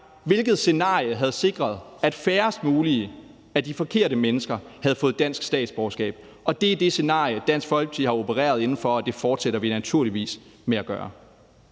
Hvilket scenarie havde sikret, at færrest mulige af de forkerte mennesker havde fået dansk statsborgerskab? Det er det scenarie, Dansk Folkeparti har opereret inden for, og det fortsætter vi naturligvis med at gøre.